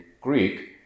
Greek